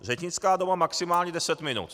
Řečnická doba maximálně deset minut.